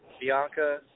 Bianca